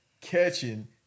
catching